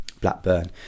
Blackburn